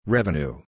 Revenue